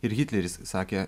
ir hitleris sakė